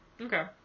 Okay